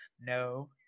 no